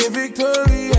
victory